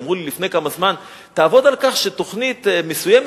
אמרו לי לפני זמן: תעבוד על כך שתוכנית מסוימת,